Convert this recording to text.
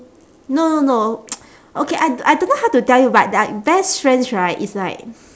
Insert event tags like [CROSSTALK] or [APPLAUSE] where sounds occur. no no no [NOISE] okay I I don't know how to tell you but like best friends right it's like